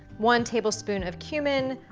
one tablespoon of cumin,